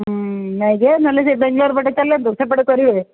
ହୁଁ ନାଇଁ ଯେ ନହେଲେ ସେ ବେଙ୍ଗଲୋର୍ ପଟେ ଚାଲନ୍ତୁ ସେପଟେ କରିବେ